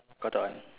Cotton On